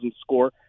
score